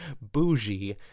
Bougie